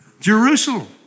Jerusalem